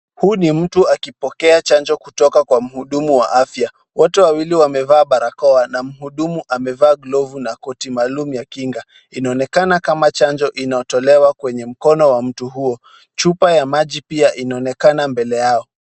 Huyu ni mtu akipokea chanjo kutoka kwa mhudumu wa afya. Wote wawili wamevaa barakoa na mhudumu amevaa glovu na koti maalum ya kinga. Inaonekana kama chanjo inayotolewa kwenye mkono wa mtu huyo. Chupa ya maji pia inaonekana mbele yao.